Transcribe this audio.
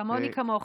כמוני-כמוך.